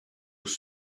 was